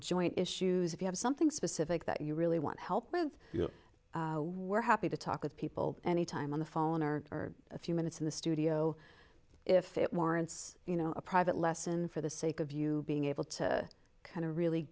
joint issues if you have something specific that you really want to help with you were happy to talk with people any time on the phone or for a few minutes in the studio if it warrants you know a private lesson for the sake of you being able to kind of really